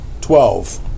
twelve